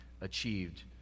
achieved